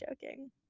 joking